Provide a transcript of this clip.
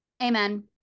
amen